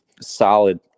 solid